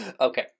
Okay